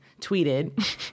tweeted